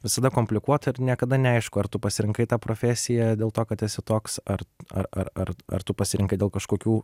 visada komplikuota ir niekada neaišku ar tu pasirinkai tą profesiją dėl to kad esi toks ar ar ar ar ar tu pasirinkai dėl kažkokių